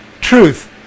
Truth